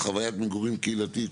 חוויית מגורים קהילתית.